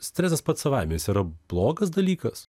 stresas pats savaime jis yra blogas dalykas